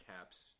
Caps